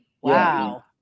Wow